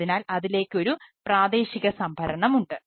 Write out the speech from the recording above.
അതിനാൽ അതിലേക്ക് ഒരു പ്രാദേശിക സംഭരണമുണ്ട്